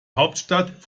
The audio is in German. hauptstadt